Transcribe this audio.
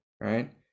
right